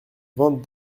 vingt